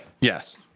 yes